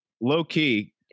low-key